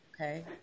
Okay